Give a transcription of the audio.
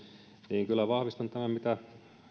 niin kyllä vahvistan tämän mitä